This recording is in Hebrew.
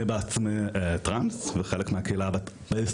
אני בעצמי טרנס וחלק מהקהילה בישראל.